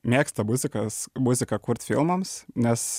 mėgsta muzikas muziką kurt filmams nes